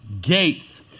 gates